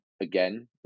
again